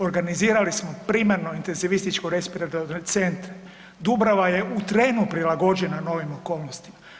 Organizirali smo primarno intenzivističko respiratorne centre, Dubrava je u trenu prilagođena novim okolnostima.